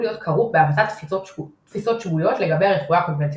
להיות כרוך בהפצת תפיסות שגויות לגבי הרפואה הקונבנציונלית.